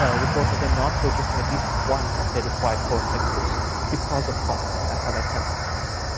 ah report that they're not purchasing at least one of their required course textbooks because of cost, that's how that sentence ends.